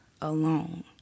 alone